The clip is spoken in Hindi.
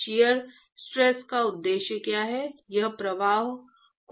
शियर स्ट्रेस का उद्देश्य क्या है यह प्रवाह को ढंग से मंद करने वाला है